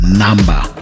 number